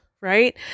right